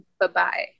bye-bye